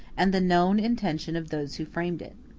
and the known intention of those who framed it.